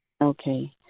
Okay